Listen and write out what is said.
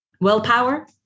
Willpower